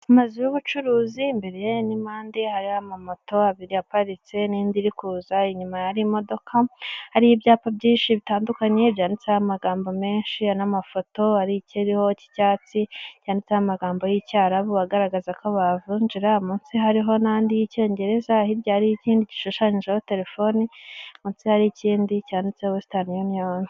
Amazu y'ubucuruzi imbere yayo n'impande hari amamoto abiri aparitse n'indi iri kuza. Inyuma hari imodoka, hari ibyapa byinshi bitandukanye byanditseho amagambo menshi n'amafoto. Hari ikiriho cy'icyatsi cyanditseho amagambo y'icyarabu agaragaza ko bahavunjira; munsi hari n'andi y'icyongereza. Hirya hari ikindi gishushanyijeho telefoni. Munsi hari ikindi cyanditseho wesitani yuniyoni.